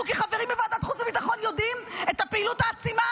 אנחנו כחברים בוועדת חוץ וביטחון יודעים את הפעילות העצימה